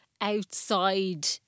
outside